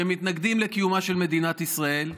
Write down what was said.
שהם מתנגדים לקיומה של מדינת ישראל,